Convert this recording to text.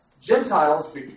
Gentiles